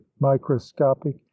microscopic